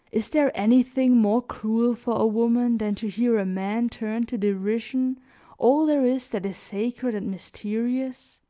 is there anything more cruel for a woman than to hear a man turn to derision all there is that is sacred and mysterious?